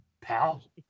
pal